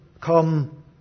come